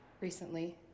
recently